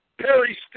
Perry